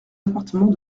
appartements